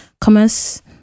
Commerce